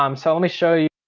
um so let me show you,